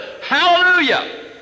Hallelujah